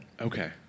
Okay